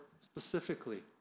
specifically